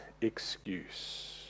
excuse